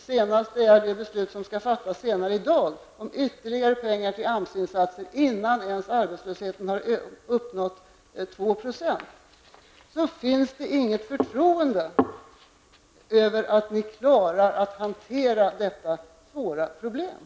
Ett exempel på det är det beslut som skall fattas senare i dag om att ge ytterligare pengar till AMS-insatser, dvs. innan arbetslösheten ens uppgår till 2 %.